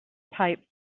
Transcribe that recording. pipe